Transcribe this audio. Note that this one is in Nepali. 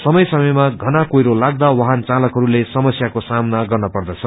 समय समयमा षना कुहिरो लाग्वा वाहन चालकहरूले समस्याको सामना गत्र पर्वछ